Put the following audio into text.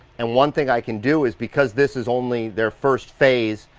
and one thing i can do, is because this is only their first phase,